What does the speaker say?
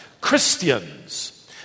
Christians